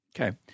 Okay